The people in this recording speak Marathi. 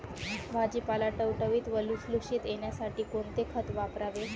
भाजीपाला टवटवीत व लुसलुशीत येण्यासाठी कोणते खत वापरावे?